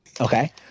Okay